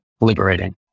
Liberating